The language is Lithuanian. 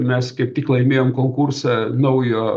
mes kaip tik laimėjom konkursą naujo